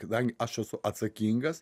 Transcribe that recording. kadangi aš esu atsakingas